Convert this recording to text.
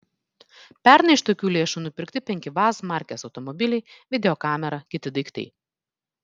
pernai iš tokių lėšų nupirkti penki vaz markės automobiliai videokamera kiti daiktai